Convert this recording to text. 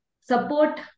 support